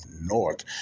north